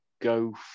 go